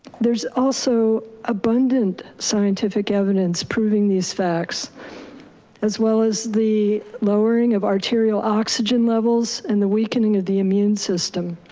there's also abundant scientific evidence, proving these facts as well as the lowering of arterial oxygen levels and the weakening of the immune system.